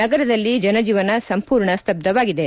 ನಗರದಲ್ಲಿ ಜನಜೀವನ ಸಂಪೂರ್ಣ ಸ್ಥಭವಾಗಿದೆ